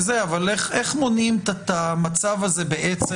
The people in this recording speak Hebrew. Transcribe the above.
אבל איך מונעים את המצב הזה בעצם,